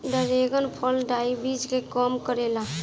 dragon फल diabetes के कम करेला